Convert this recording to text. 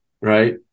right